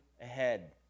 ahead